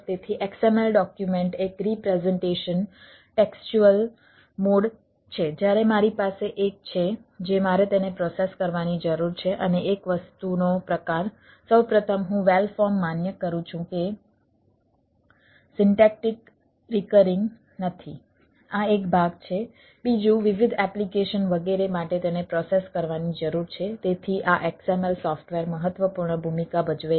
તેથી XML document એક representation textual mode મહત્વપૂર્ણ ભૂમિકા ભજવે છે